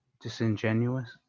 disingenuous